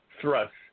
thrust